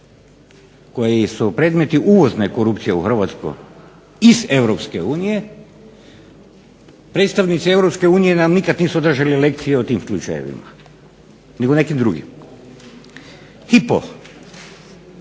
koji su predmeti uvozne korupcije u Hrvatskoj iz Europske unije, predstavnici Europske unije nam nikada nisu održali lekciju o tim slučajevima, nego nekim drugima. Hypo,